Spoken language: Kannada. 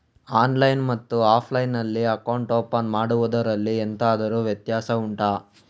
ಆನ್ಲೈನ್ ಮತ್ತು ಆಫ್ಲೈನ್ ನಲ್ಲಿ ಅಕೌಂಟ್ ಓಪನ್ ಮಾಡುವುದರಲ್ಲಿ ಎಂತಾದರು ವ್ಯತ್ಯಾಸ ಉಂಟಾ